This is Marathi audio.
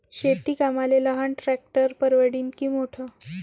शेती कामाले लहान ट्रॅक्टर परवडीनं की मोठं?